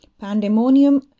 Pandemonium